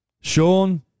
Sean